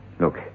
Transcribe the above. Look